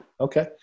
Okay